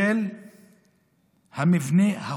המבנה החוקתי".